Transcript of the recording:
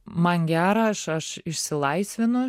man gera aš aš išsilaisvinu